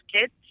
kids